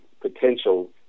potential